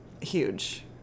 huge